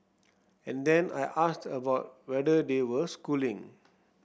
and then I asked about whether they were schooling